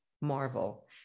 marvel